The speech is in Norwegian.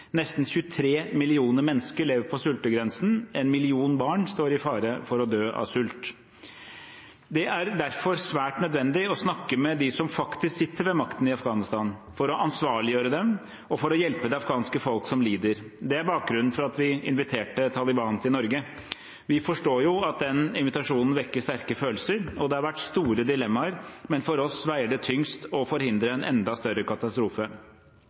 Nesten 23 millioner mennesker lever på sultegrensen, og en million barn står i fare for å dø av sult. Det er derfor svært nødvendig å snakke med dem som faktisk sitter med makten i Afghanistan, for å ansvarliggjøre dem og for å hjelpe det afghanske folk, som lider. Det er bakgrunnen for at vi inviterte Taliban til Norge. Vi forstår jo at den invitasjonen vekker sterke følelser, og det har vært store dilemmaer, men for oss veier det tyngst å forhindre en enda større katastrofe.